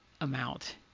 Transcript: amount